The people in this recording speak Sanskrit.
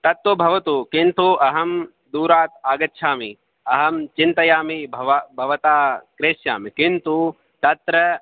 तत्तु भवतु किन्तु अहं दूरात् आगच्छामि अहं चिन्तयामि भव भवता क्रेष्यामि किन्तु तत्र